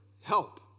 Help